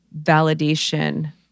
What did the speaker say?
validation